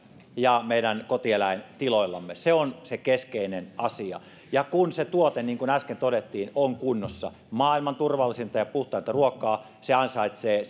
ja meidän kotieläintiloillamme se on se keskeinen asia ja kun se tuote niin kuin äsken todettiin on kunnossa maailman turvallisinta ja puhtainta ruokaa se ansaitsee